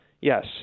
yes